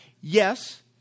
Yes